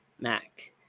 Mac